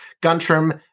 Guntram